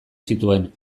zituen